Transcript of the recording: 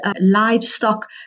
livestock